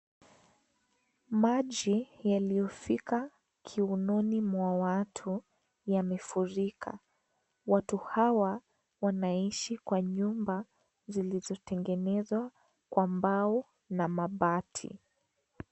Maji yaliyofika kiunoni mwa watu yamefurika. Watu hawa wanaishi Kwa nyumba zilizotengenezwa kwa mbao na mabati.